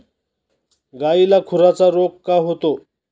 गायीला खुराचा रोग का होतो?